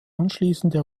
anschließende